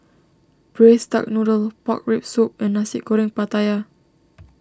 Braised Duck Noodle Pork Rib Soup and Nasi Goreng Pattaya